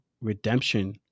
redemption